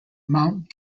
mount